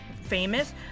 famous